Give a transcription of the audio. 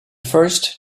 first